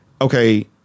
okay